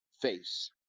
face